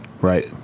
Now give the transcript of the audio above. right